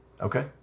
Okay